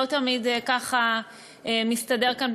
שלא תמיד מסתדר כאן,